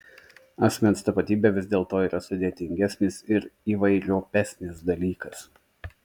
asmens tapatybė vis dėlto yra sudėtingesnis ir įvairiopesnis dalykas